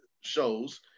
shows